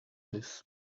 this